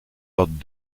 ordres